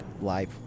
life